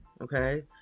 Okay